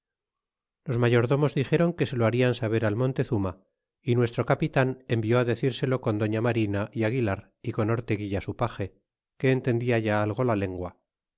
los mayordomos dixéron que se lo harian saber al montezuma y nuestro capitan envió á decírselo con doña marina y aguilar y con orteguilla su page que entendia ya algo la lengua